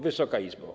Wysoka Izbo!